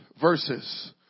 verses